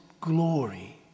glory